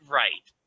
right